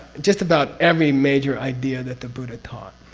just about every major idea that the buddha taught,